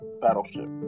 battleship